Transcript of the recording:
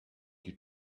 you